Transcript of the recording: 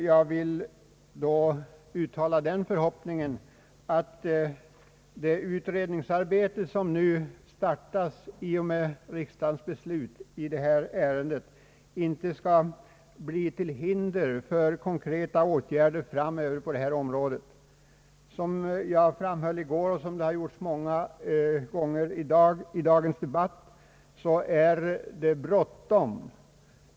Jag vill då uttala den förhoppningen att det utredningsarbete som nu startas i och med riksdagens beslut i detta ärende inte skall bli till hinder för omedelbara konkreta åtgärder framöver på detta område. Som jag framhöll i går och som det också har framhållits många gånger i dagens debatt är det bråttom.